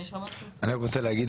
אני רק רוצה להגיד,